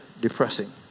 depressing